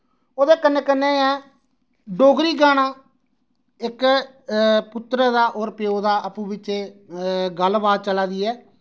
ओह्दे कन्नै कन्नै गै डोगरी गाना इक पुत्तरे दा और प्यो दा अप्पू बिच्चे गल्ल बात चला दी ऐ